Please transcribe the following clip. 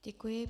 Děkuji.